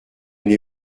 une